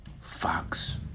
fox